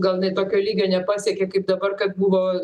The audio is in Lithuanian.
gal jinai tokio lygio nepasiekė kaip dabar kad buvo